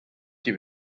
que